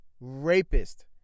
Rapist